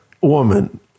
woman